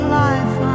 life